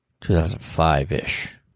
2005-ish